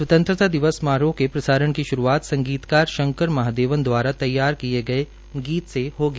स्वतंत्रता दिवस समारोह के प्रसारण की श्रूआत संगीतकार शंकर महादेवन द्वारा तैयार किए गए गीत से होगी